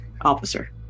officer